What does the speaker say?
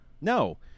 No